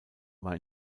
war